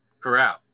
Corral